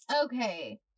Okay